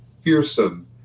fearsome